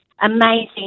amazing